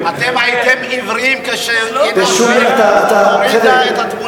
שבילו ימים ולילות כדי לעשות תרגילים,